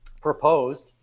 proposed